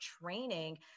training